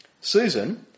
Susan